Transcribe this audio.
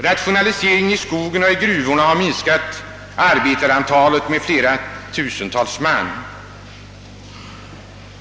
Rationaliseringarna 1 skogen och i gruvor har minskat arbetarantalet med flera tusen man.